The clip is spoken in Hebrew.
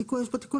תיקון